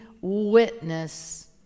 witness